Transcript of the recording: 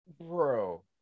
Bro